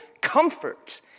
comfort